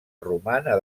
romana